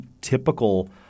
typical